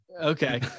okay